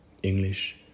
English